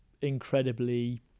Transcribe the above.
incredibly